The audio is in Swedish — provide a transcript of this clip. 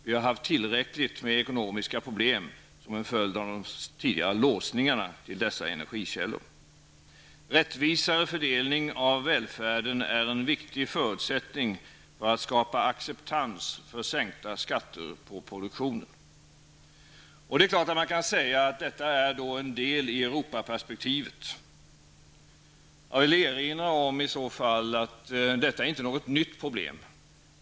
Vi har haft tillräckligt med ekonomiska problem som en följd av de tidigare låsningarna vid dessa energikällor. En rättvisare fördelning av välfärden är en viktig förutsättning för att skapa acceptans för sänkta skatter på produktionen. Man kan då naturligtvis säga att detta är en del i Europaperspektivet. Jag vill i så fall erinra om att detta inte är något nytt problem.